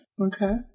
Okay